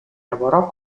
lavorò